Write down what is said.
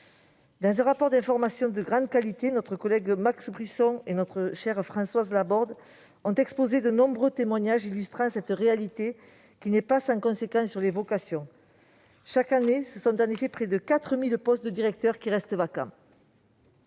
Dans un rapport d'information de grande qualité, notre collègue Max Brisson et notre chère Françoise Laborde ont présenté de nombreux témoignages illustrant cette réalité, qui n'est pas sans conséquence sur les vocations. Chaque année, ce sont en effet près de 4 000 postes de directeur qui restent vacants.